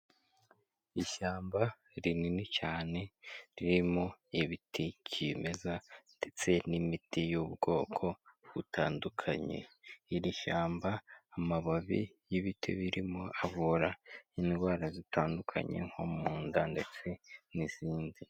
Ishyamba rinini cyane ririmo ibiti kimeza ndetse n'imiti y'ubwoko butandukanye iri shyamba amababi y'ibiti birimo avura indwara zitandukanye nko mu nda ndetse n'izindi.